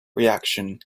reaction